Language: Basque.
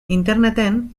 interneten